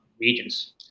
regions